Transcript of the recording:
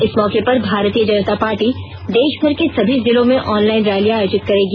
इस मौके पर भारतीय जनता पार्टी देषभर के सभी जिलों में ऑनलाइन रैलियां आयोजित करेगी